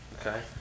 Okay